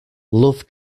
love